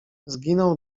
zginął